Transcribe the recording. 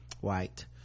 white